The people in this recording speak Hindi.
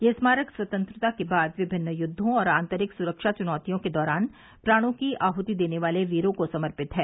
यह स्मारक स्वतंत्रता के बाद विभिन्न युद्वों और आतंरिक सुरक्षा चुनौतियों के दौरान प्राणों की आहुति देने वाले वीरों को समर्पित है